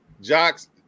Jock's